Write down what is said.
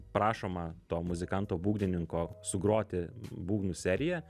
prašoma to muzikanto būgnininko sugroti būgnų seriją